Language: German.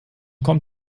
kommt